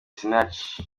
sinach